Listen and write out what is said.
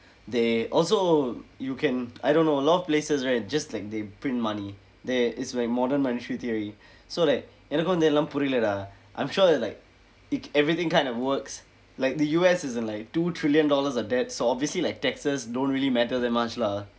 they also you can I don't know a lot of places right just like they print money there is like modern monetary theory so like எனக்கும் வந்து எல்லாம் புரியில்ல:enakkum vandthu ellaam puriyilla dah I'm sure that like it everything kind of works like the U_S is in like two trillion dollars of debt so obviously like taxes don't really matter that much lah